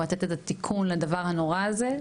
לתת את התיקון לדבר הנורא הזה.